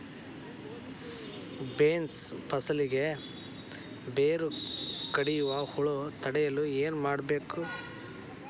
Beans ಫಸಲಿಗೆ ಬೇರು ಕಡಿಯುವ ಹುಳು ತಡೆಯಲು ಏನು ಮಾಡಬೇಕು?